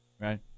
right